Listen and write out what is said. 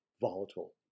volatile